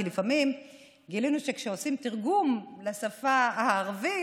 כי לפעמים גילינו שכשעושים תרגום לשפה הערבית,